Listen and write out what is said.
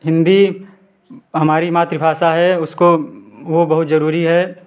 हिन्दी हमारी मातृभाषा है उसको वो बहुत जरूरी है